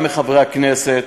גם מחברי הכנסת,